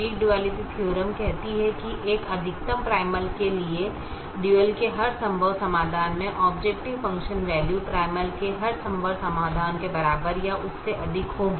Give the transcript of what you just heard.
week duality theorem कहती है एक अधिकतम प्राइमल के लिए डुअल के हर संभव समाधान में ऑबजेकटिव फंक्शन वैल्यू प्राइमल के हर संभव समाधान के बराबर या उससे अधिक होगी